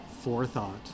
forethought